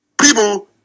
People